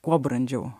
kuo brandžiau